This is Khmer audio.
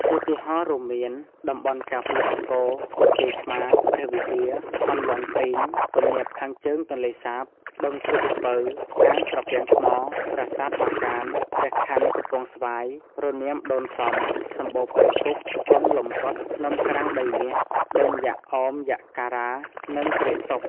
ឧទាហរណ៍រួមមាន តំបន់ការពារអង្គរ បន្ទាយឆ្មារ ព្រះវិហារ អន្លង់ព្រីង ទំនាបខាងជើងទន្លេសាប បឹងព្រឹកល្ពៅ អាងត្រពាំងថ្ម ប្រាសាទបាកាន ព្រះខ័នកំពង់ស្វាយ រនាមដូនសំ សំបូរព្រៃគុក បឹងលំកុដ ភ្នំក្រាំងដីមាស បឹងយ៉ាកអោមយ៉ាកការា និងព្រែកទប់។